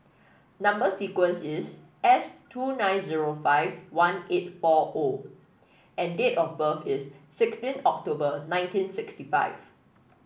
number sequence is S two nine zero five one eight four O and date of birth is sixteen October nineteen sixty five